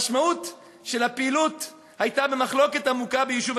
המשמעות של הפעילות הייתה במחלוקת עמוקה ביישוב